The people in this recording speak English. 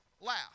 laugh